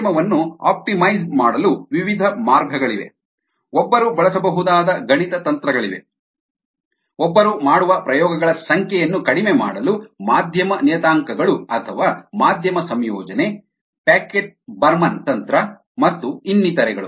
ಮಾಧ್ಯಮವನ್ನು ಆಪ್ಟಿಮೈಜ್ಡ್ ಮಾಡಲು ವಿವಿಧ ಮಾರ್ಗಗಳಿವೆ ಒಬ್ಬರು ಬಳಸಬಹುದಾದ ಗಣಿತ ತಂತ್ರಗಳಿವೆ ಒಬ್ಬರು ಮಾಡುವ ಪ್ರಯೋಗಗಳ ಸಂಖ್ಯೆಯನ್ನು ಕಡಿಮೆ ಮಾಡಲು ಮಾಧ್ಯಮ ನಿಯತಾಂಕಗಳು ಅಥವಾ ಮಾಧ್ಯಮ ಸಂಯೋಜನೆ ಪ್ಲ್ಯಾಕೆಟ್ ಬರ್ಮನ್ ತಂತ್ರ ಮತ್ತು ಇನ್ನಿತರೆಗಳು